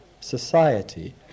society